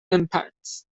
impacts